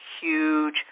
huge